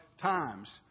times